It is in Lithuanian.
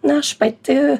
na aš pati